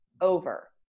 over